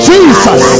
Jesus